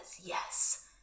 yes